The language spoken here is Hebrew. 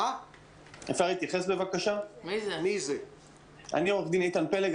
אני עו"ד איתן פלג,